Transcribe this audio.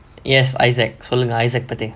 yes isaac சொல்லுங்க:sollunga isaac பத்தி:paththi